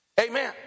Amen